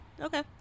Okay